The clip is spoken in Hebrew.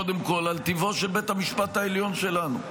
קודם כול על טיבו של בית המשפט העליון שלנו,